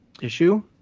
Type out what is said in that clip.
issue